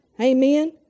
Amen